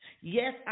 Yes